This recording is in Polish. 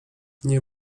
nie